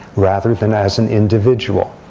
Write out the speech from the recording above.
rather than as an individual.